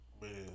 man